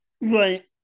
Right